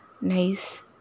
nice